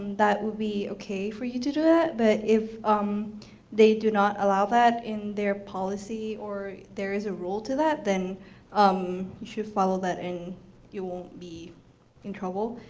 that would be okay for you to do it but if um they do not allow that in their policy, or there is a rule to that, then um should follow that, and you won't be in trouble.